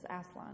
Aslan